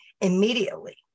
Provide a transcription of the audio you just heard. immediately